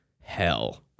hell